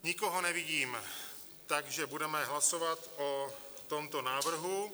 Nikoho nevidím, takže budeme hlasovat o tomto návrhu.